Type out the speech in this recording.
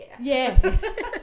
Yes